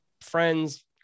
friends